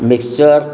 mixture